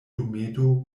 dometo